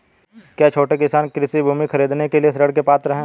क्या छोटे किसान कृषि भूमि खरीदने के लिए ऋण के पात्र हैं?